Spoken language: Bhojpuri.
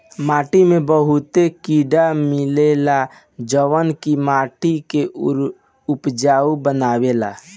माटी में बहुते कीड़ा मिलेला जवन की माटी के उपजाऊ बनावेला